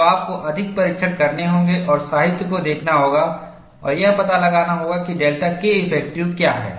तो आपको अधिक परीक्षण करने होंगे और साहित्य को देखना होगा और यह पता लगाना होगा कि डेल्टा Keff क्या है